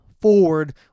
forward